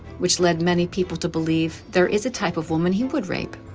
which led many people to believe there is a type of woman he would rape.